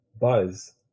buzz